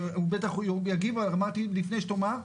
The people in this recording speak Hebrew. עוד לפני שתאמר,